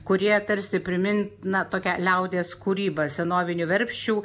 kurie tarsi primin na tokią liaudies kūrybą senovinių verpsčių